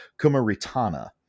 Kumaritana